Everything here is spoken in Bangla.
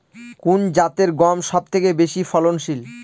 কোন জাতের গম সবথেকে বেশি ফলনশীল?